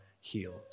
healed